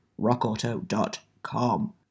rockauto.com